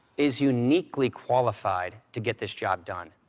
is uniquely qualified to get this job done.